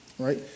right